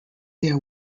their